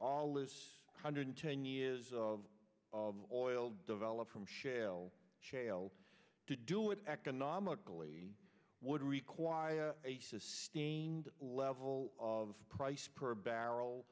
all is hundred ten years of of oil develop from shale shale to do it economically would require a sustained level of price per barrel